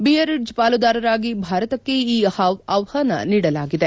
Biarritz ಪಾಲುದಾರರಾಗಿ ಭಾರತಕ್ಕೆ ಈ ಆಹ್ನಾನ ನೀಡಲಾಗಿದೆ